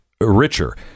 richer